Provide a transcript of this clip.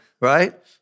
right